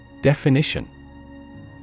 Definition